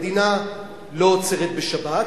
המדינה לא עוצרת בשבת,